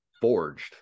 forged